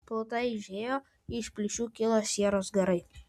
pluta eižėjo iš plyšių kilo sieros garai